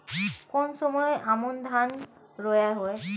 কোন সময় আমন ধান রোয়া হয়?